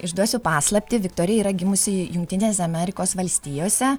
išduosiu paslaptį viktorija yra gimusi jungtinėse amerikos valstijose